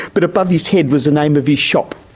but above his head was the name of his shop,